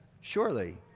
Surely